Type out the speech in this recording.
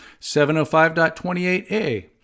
705.28A